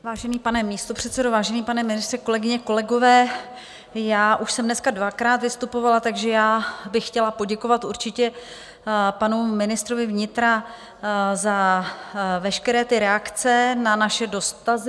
Vážený pane místopředsedo, vážený pane ministře, kolegyně, kolegové, já už jsem dneska dvakrát vystupovala, takže já bych chtěla poděkovat určitě panu ministrovi vnitra za veškeré reakce na naše dotazy.